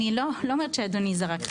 אני לא אומרת שאדוני זרק,